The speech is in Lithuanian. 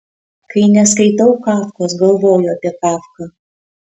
kai neskaitau kafkos galvoju apie kafką